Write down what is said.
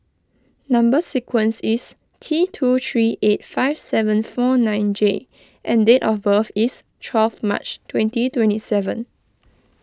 Number Sequence is T two three eight five seven four nine J and date of birth is twelve March twenty twenty seven